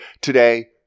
today